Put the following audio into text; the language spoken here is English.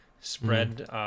spread